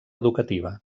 educativa